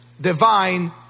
Divine